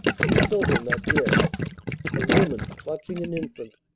two children are dead a woman, clutching an infant,